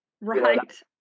Right